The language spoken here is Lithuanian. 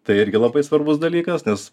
tai irgi labai svarbus dalykas nes